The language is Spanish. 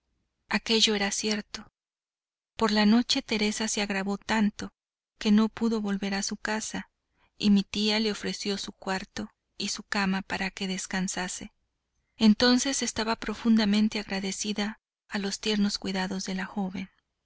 aquello era cierto por la noche teresa se agravó tanto que no pudo volver a su casa y mi tía le ofreció su cuarto y su cama para que descansase entonces estaba profundamente agradecida a los tiernos cuidados de la joven